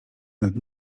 nad